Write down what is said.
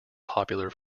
popular